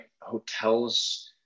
hotels